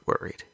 worried